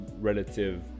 relative